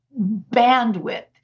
bandwidth